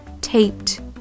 taped